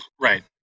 right